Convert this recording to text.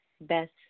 Best